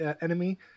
enemy